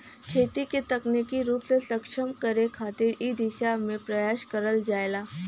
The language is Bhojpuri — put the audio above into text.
खेती क तकनीकी रूप से सक्षम करे खातिर इ दिशा में प्रयास करल जाला